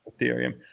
Ethereum